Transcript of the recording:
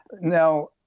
Now